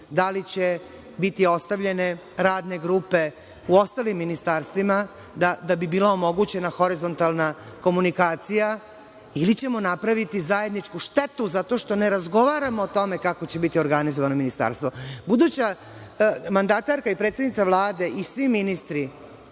da li će biti ostavljene radne grupe u ostalim ministarstvima, da bi bila omogućena horizontalna komunikacija ili ćemo napraviti zajedničku štetu zato što ne razgovaramo o tome kako će biti organizovano ministarstvo. Buduća mandatarka i predsednica Vlada i svi ministri